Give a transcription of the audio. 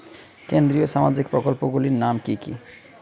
কেন্দ্রীয় সামাজিক প্রকল্পগুলি নাম কি কি?